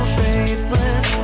faithless